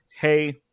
hey